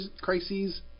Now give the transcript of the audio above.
crises